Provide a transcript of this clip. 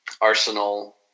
Arsenal